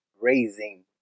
raising